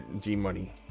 G-Money